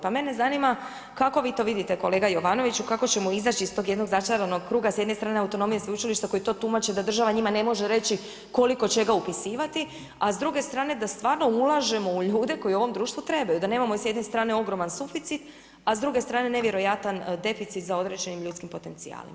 Pa mene zanima, kako vi to vidite kolega Jovanoviću, kako ćemo izaći iz tog jednog začaranog kruga, s jedne strane autonomije sveučilišta, koji to tumače, da država njima ne može reći, koliko čega upisivati, a s druge strane da stvarno ulažemo u ljude koji ovom društvu trebaju, da nemamo s jedne strane ogroman suficit, a s druge strane nevjerojatan deficit, za određene ljudske potencijale.